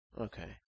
Okay